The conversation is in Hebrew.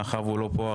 מאחר והוא לא פה,